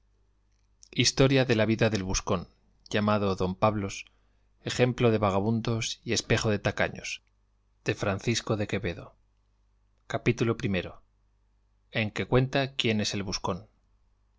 historia de la vida del buscón llamado don pablos ejemplo de vagamundos y espejo de tacaños de francisco de quevedo y villegas libro primero capítulo i en que cuenta quién es el buscón